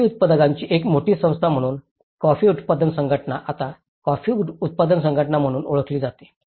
coffee उत्पादकांची एक मोठी संस्था म्हणून कॉफी उत्पादक संघटना आता कॉफी उत्पादक संस्था म्हणून ओळखली जाते